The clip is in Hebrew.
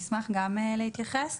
אשמח גם להתייחס לדברים.